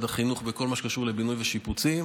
החינוך בכל מה שקשור לבינוי ושיפוצים.